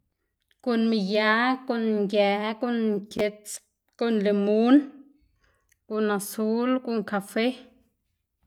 Guꞌn miyag, guꞌn ngë, guꞌn nkits, guꞌn limun, guꞌn azul, guꞌn kafe.